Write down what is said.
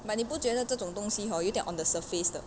but 你不觉得这种东西 hor 有一点 on the surface 的